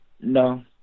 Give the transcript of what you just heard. No